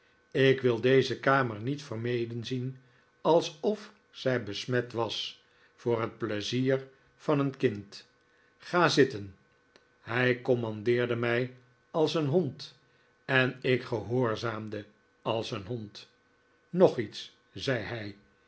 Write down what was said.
ik wil deze kamer niet vermeden zien alsof zij besmet was voor het pleizier van een kind ga zitten hij commandeerde mij als een hond en ik gehoorzaamde als een hond nog iets zei hij